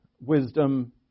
wisdom